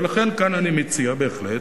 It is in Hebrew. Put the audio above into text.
ולכן כאן אני מציע, בהחלט,